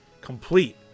Complete